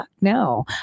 no